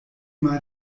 mal